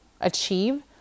achieve